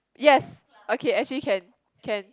yes okay actually can can